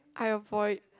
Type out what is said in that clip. I avoid